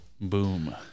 Boom